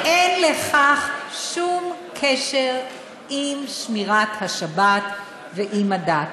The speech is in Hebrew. ואין לכך שום קשר עם שמירת השבת ועם הדת,